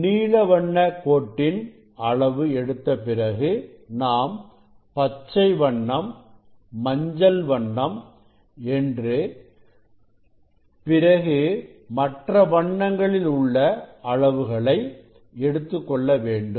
நீலவண்ண கோட்டின் அளவு எடுத்தபிறகு நாம் பச்சை வண்ணம் மஞ்சள் வண்ணம் பிறகு மற்ற வண்ணங்களில் உள்ள அளவுகளை எடுத்துக்கொள்ள வேண்டும்